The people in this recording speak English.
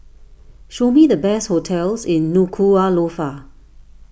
show me the best hotels in Nuku'alofa